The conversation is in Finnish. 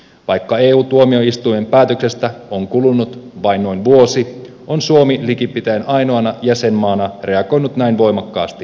vaikka eu tuomioistuimen päätöksestä on kulunut vain noin vuosi on suomi likipitäen ainoana jäsenmaana reagoinut näin voimakkaasti sen sisältöön